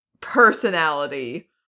personality